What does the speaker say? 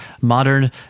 modern